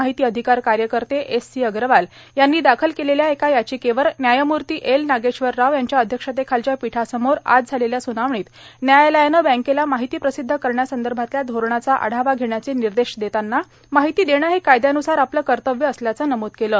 माहिती अधिकार कार्यकर्ते एस सी अग्रवाल यांनी दाखल केलेल्या एका याचिकेवर न्यायमूर्ती एल नागेश्वर राव यांच्या अध्यक्षतेखालच्या पीठासमोर आज झालेल्या सुनावणीत व्यायालयानं बँकेला माहिती प्रसिद्ध करण्यासंदर्भातल्या धोरणाचा आढावा घेण्याचे निर्देश देताना माहिती देणं हे कायद्यान्रसार आपलं कर्तव्य असल्याचं नमूद केलं